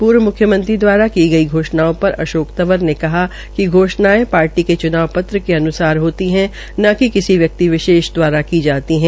पूर्व मुख्यमंत्री द्वारा की गई घोषणाओं पर अशोक तंवर ने कहा कि घोषणायें पार्टी के च्नाव पत्रके अन्सार होती है न कि किसी व्यक्ति विशेष दवारा की जाती है